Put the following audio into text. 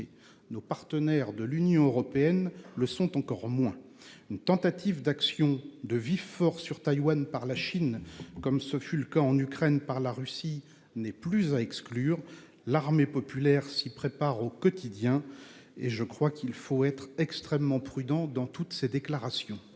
nos partenaires de l'Union européenne le sont encore moins. Une tentative d'action de vive force sur Taïwan par la Chine, comme celle qui a été perpétrée en Ukraine par la Russie, n'est plus à exclure. L'Armée populaire s'y prépare au quotidien. Nous devons donc rester extrêmement prudents dans toutes nos déclarations.